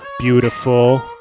beautiful